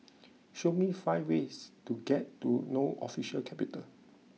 show me five ways to get to no official capital